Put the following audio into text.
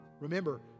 Remember